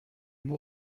mots